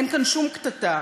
אין כאן שום קטטה.